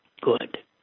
good